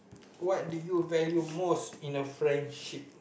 what do you value most in a friendship